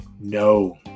No